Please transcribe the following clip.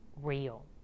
real